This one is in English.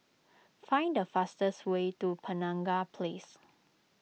find the fastest way to Penaga Place